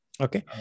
Okay